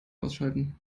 ausschalten